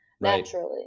naturally